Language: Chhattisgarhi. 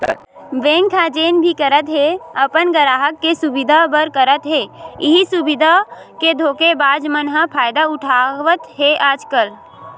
बेंक ह जेन भी करत हे अपन गराहक के सुबिधा बर करत हे, इहीं सुबिधा के धोखेबाज मन ह फायदा उठावत हे आजकल